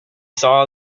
saw